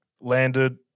landed